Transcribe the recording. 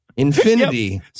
infinity